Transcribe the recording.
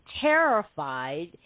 terrified